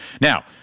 Now